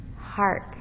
heart